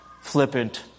flippant